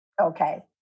okay